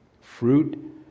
fruit